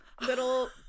little